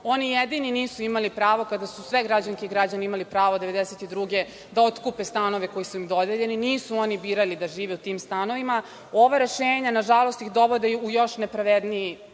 oni jedini nisu imali pravo kada su sve građanke i građani imali pravo 1992. godine da otkupe stanove koji su im dodeljeni. Nisu oni birali da žive u tim stanovima. Ova rešenja, nažalost, ih dovode u još nepravedniji